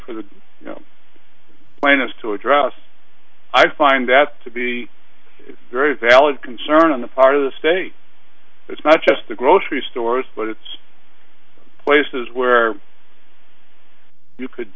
for the plaintiff to address i find that to be a very valid concern on the part of the state it's not just the grocery stores but it's places where you could